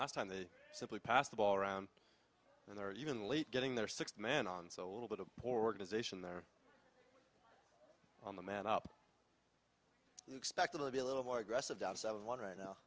last time they simply pass the ball around and they're even late getting their six man on so little bit of organization there on the man up expect them to be a little more aggressive down seven one right now